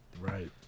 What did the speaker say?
right